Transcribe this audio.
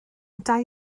dau